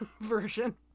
version